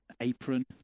apron